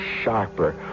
sharper